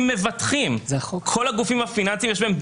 יש לך זכות לקרוא קריאת ביניים,